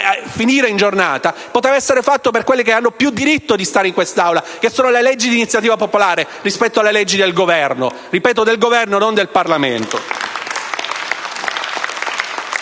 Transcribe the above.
in giornata. Poteva essere fatto per quei provvedimenti che hanno più diritto di stare in quest'Aula, i disegni di legge di iniziativa popolare, rispetto a quelli del Governo. Ripeto, del Governo, non del Parlamento.